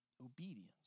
obedience